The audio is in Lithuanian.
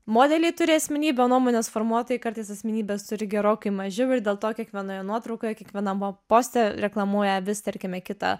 modeliai turi asmenybę o nuomonės formuotojai kartais asmenybės turi gerokai mažiau ir dėl to kiekvienoje nuotraukoje kiekviename poste reklamuoja vis tarkime kitą